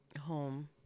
home